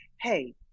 Hey